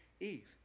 Eve